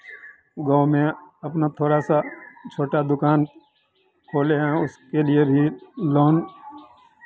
गाँव में अपना थोड़ा सा छोटा दुकान खोले हैं उसके लिए भी लोन